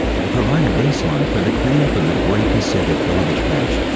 and provide a baseline for the cleanup of the great pacific garbage patch,